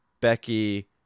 Becky